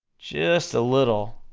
just a little,